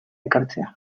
ekartzea